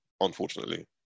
unfortunately